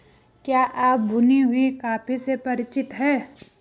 क्या आप भुनी हुई कॉफी से परिचित हैं?